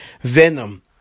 venom